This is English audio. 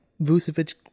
Vucevic